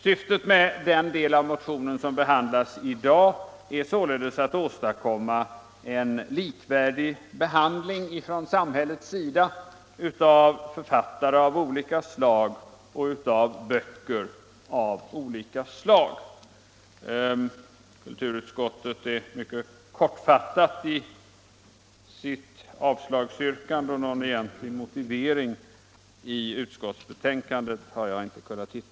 Syftet med den del av motionen som behandlas i dag är således att åstadkomma en likvärdig behandling från samhällets sida av författare av olika slag och av böcker av olika slag. Kulturutskottet är mycket kortfattat i sitt avstyrkande, och någon egentlig motivering har jag inte kunnat hitta i betänkandet.